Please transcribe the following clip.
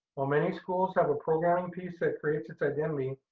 while many schools have a programming piece that creates its identity,